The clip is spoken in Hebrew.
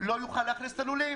לא יוכל להכניס את הלולים.